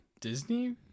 Disney